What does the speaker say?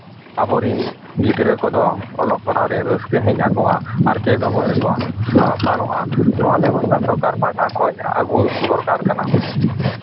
ᱵᱚ ᱨᱤᱱ ᱜᱤᱫᱽᱨᱟᱹ ᱠᱚᱫᱚ ᱚᱞᱚᱜ ᱯᱟᱲᱦᱟᱜ ᱨᱮᱭᱟᱜ ᱨᱟᱹᱥᱠᱟᱹ ᱦᱮᱡᱽ ᱟᱠᱚᱣᱟ ᱟᱨ ᱪᱮᱫᱚᱜᱚᱜ ᱨᱮᱠᱚ ᱟᱣᱥᱟᱱᱚᱜᱼᱟ ᱱᱚᱣᱟ ᱵᱮᱵᱚᱥᱛᱷᱟ ᱥᱚᱨᱠᱟᱨ ᱯᱟᱦᱴᱟ ᱠᱷᱚᱡᱽ ᱟᱹᱜᱩ ᱫᱚᱨᱠᱟᱨ ᱠᱟᱱᱟ